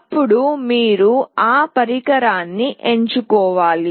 అప్పుడు మీరు ఆ పరికరాన్ని ఎంచుకోవాలి